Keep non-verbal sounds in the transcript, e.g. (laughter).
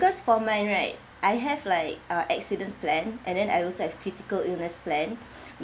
because for mine right I have like uh accident plan and then I also have critical illness plan (breath)